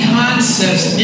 concepts